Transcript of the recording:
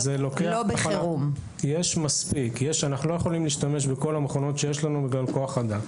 אנחנו לא יכולים להשתמש בכל המכונות שיש לנו בגלל כוח אדם.